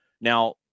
Now